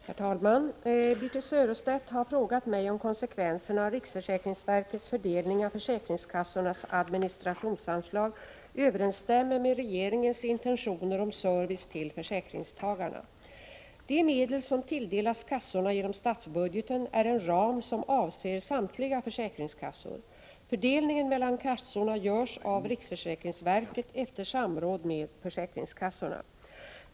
Herr talman! Birthe Sörestedt har frågat mig om konsekvenserna av riksförsäkringsverkets fördelning av försäkringskassornas administrationsanslag överensstämmer med regeringens intentioner om service till försäkringstagarna. De medel som tilldelas kassorna genom statsbudgeten är en ram som avser samtliga försäkringskassor. Fördelningen mellan kassorna görs av riksförsäkringsverket efter samråd med försäkringskassorna.